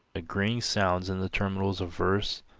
agreeing sounds in the terminals of verse,